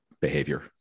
behavior